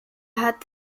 hat